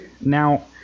now